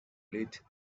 lit